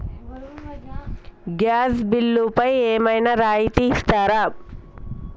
Gas బిల్లుపై ఏమైనా రాయితీ ఇస్తారా?